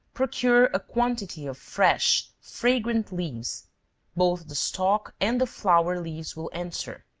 procure a quantity of fresh, fragrant leaves both the stalk and the flower leaves will answer.